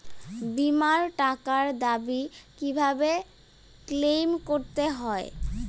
বিমার টাকার দাবি কিভাবে ক্লেইম করতে হয়?